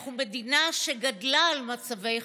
אנחנו מדינה שגדלה על מצבי חירום.